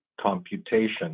computation